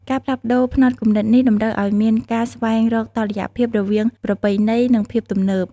ការផ្លាស់ប្ដូរផ្នត់គំនិតនេះតម្រូវឱ្យមានការស្វែងរកតុល្យភាពរវាងប្រពៃណី និងភាពទំនើប។